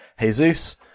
Jesus